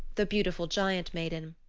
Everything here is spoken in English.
the beautiful giant maiden.